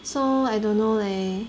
so I don't know leh